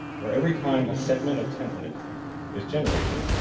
where every time a segment of template is generated,